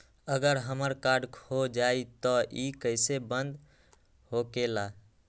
अगर हमर कार्ड खो जाई त इ कईसे बंद होकेला?